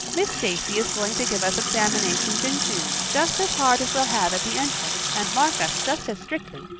miss stacy is going to give us examinations in june just as hard as we'll have at the entrance and mark us just as strictly,